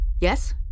Yes